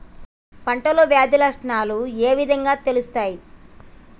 పంటలో వ్యాధి లక్షణాలు ఏ విధంగా తెలుస్తయి?